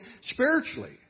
spiritually